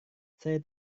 saya